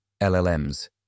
LLMs